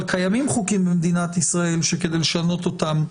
אבל קיימים חוקים במדינת ישראל שכדי לשנות אותם,